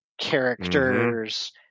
characters